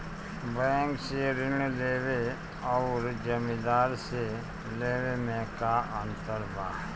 Bank से ऋण लेवे अउर जमींदार से लेवे मे का अंतर बा?